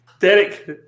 Derek